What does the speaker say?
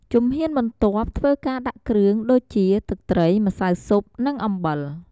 ជំហានបន្ទាប់ធ្វើការដាក់គ្រឿង ដូចជា ទឹកត្រី ម្សៅស៊ុប នឹងអំបិល។